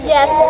Yes